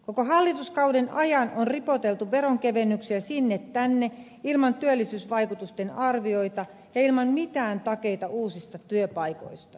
koko hallituskauden ajan on ripoteltu veronkevennyksiä sinne tänne ilman työllisyysvaikutusten arvioita ja ilman mitään takeita uusista työpaikoista